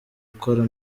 ukora